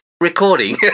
recording